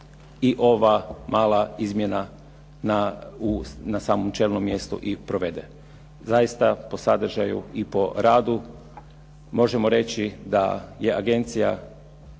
i ova mala izmjena na samom čelnom mjestu i provede. Zaista, po sadržaju i po radu možemo reći da je agencija